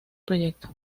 proyecto